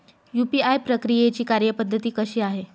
UPI प्रक्रियेची कार्यपद्धती कशी आहे?